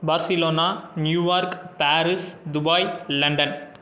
Barcelona New York Paris Dubai London